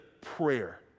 prayer